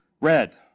red